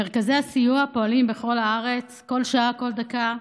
מרכזי הסיוע פועלים בכל הארץ, כל שעה, כל דקה,